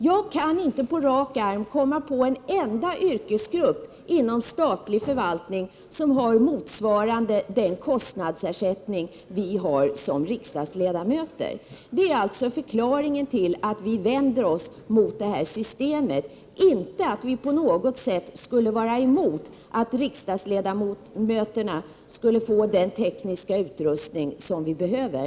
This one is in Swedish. Jag kan inte på rak arm komma på en enda yrkesgrupp inom statlig förvaltning som har kostnadsersättning motsvarande den som vi har som riksdagsledamöter. Det är förklaringen till att vi i vpk vänder oss mot systemet med kostnadsersättning, inte att vi på något sätt skulle vara emot att riksdagsledamöterna får den tekniska utrustning som de behöver.